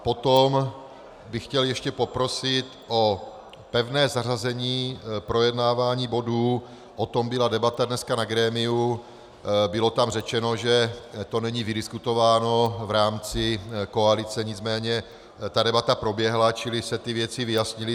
Potom bych chtěl ještě poprosit o pevné zařazení projednávání bodů o tom byla dnes debata na grémiu, bylo tam řečeno, že to není vydiskutováno v rámci koalice, nicméně ta debata proběhla, čili se ty věci vyjasnily.